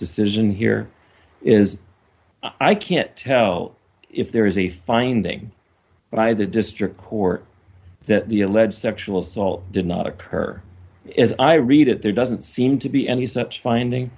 decision here is i can't tell if there is a finding by the district court that the alleged sexual assault did not occur as i read it there doesn't seem to be any such finding